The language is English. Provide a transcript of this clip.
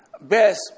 best